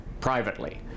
privately